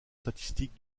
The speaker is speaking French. statistique